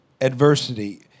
adversity